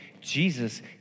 Jesus